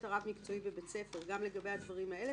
הרב מקצועי בבית הספר גם לגבי הדברים האלה,